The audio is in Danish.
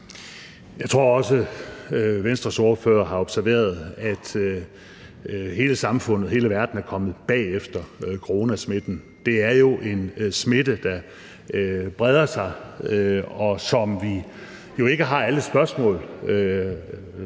Jeg tror også, at Venstres ordfører har observeret, at hele verden er kommet bagefter i forhold til coronasmitten. Det er jo en smitte, der breder sig, og som vi ikke har alle svar på